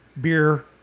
beer